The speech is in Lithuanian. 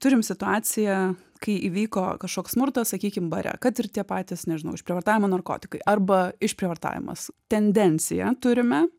turim situaciją kai įvyko kažkoks smurtas sakykim bare kad ir tie patys nežinau išprievartavimo narkotikai arba išprievartavimas tendenciją turime